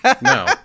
No